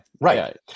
Right